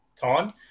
time